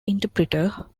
interpreter